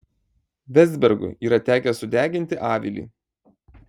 vezbergui yra tekę sudeginti avilį